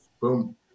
Boom